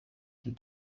von